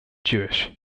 jewish